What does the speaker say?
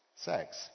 sex